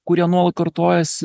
kurie nuolat kartojasi